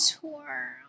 tour